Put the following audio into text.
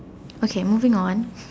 okay moving on